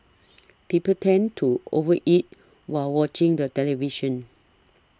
people tend to over eat while watching the television